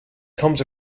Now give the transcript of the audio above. comes